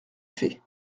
fait